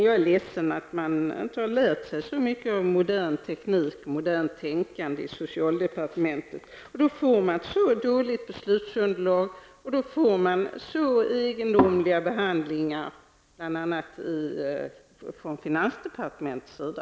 Jag är ledsen att man inte har lärt sig så mycket av modern teknik och modernt tänkande i socialdepartementet. Då får man ett så dåligt beslutsunderlag och då får man så egendomliga behandlingar bl.a. från finansdepartementets sida.